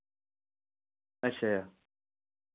अच्छा